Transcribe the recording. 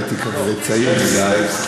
הייתי כנראה צעיר מדי.